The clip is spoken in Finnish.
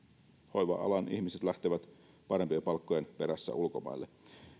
hoiva alan ihmiset lähtevät parempien palkkojen perässä ulkomaille